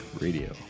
Radio